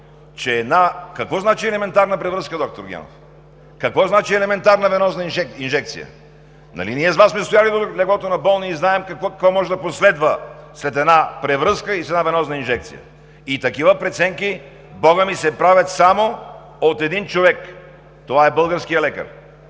че една… Какво значи елементарна превръзка, доктор Генов? Какво значи елементарна венозна инжекция? Нали ние с Вас сме стояли до леглото на болния и знаем какво може да последва след една превръзка и една венозна инжекция? Такива преценки, бога ми, се правят само от един човек – това е българският лекар!